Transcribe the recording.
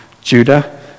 Judah